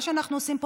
מה שאנחנו עושים פה,